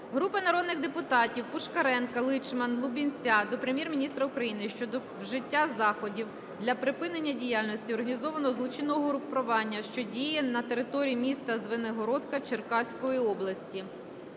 Групи народних депутатів (Пушкаренка, Лічман, Лубінця) до Прем'єр-міністра України щодо вжиття заходів для припинення діяльності організованого злочинного угруповання, що діє на території міста Звенигородка Черкаської області.